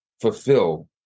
fulfill